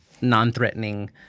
non-threatening